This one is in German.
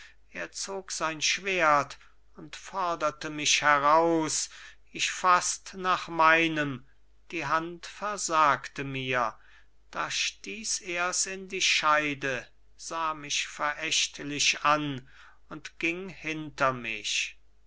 er zog sein schwert und forderte mich heraus ich faßte nach meinem die hand versagte mir da stieß er's in die scheide sah mich verächtlich an und ging hinter mich